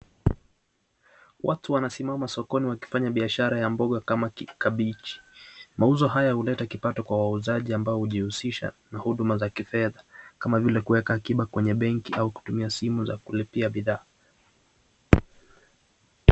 Watu wanasimama sokoni wakifanya biashara ya mboga kama kabichi, mauzo haya huleta kipato kwa wauzaji ambao hujiusisha na huduma za kifedha kama vile kuweka kiba kwenye benki au kutumia simu za kulipia bidhaa.